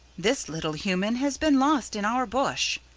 this little human has been lost in our bush,